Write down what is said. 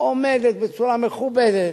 שעומדת בצורה מכובדת.